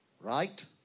right